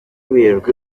werurwe